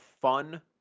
fun